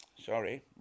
Sorry